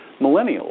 millennials